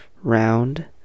round